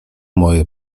moje